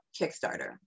Kickstarter